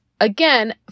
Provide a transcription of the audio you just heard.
Again